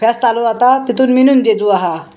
फेस्त चालू आतां तितून मिनून जेजू आहा